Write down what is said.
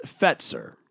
Fetzer